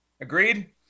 Agreed